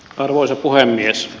arvoisa puhemies